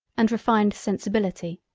and refined sensibility,